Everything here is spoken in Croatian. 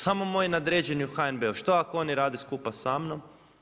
Samo moji nadređeni u HNB-u, što ako oni rade skupa samnom?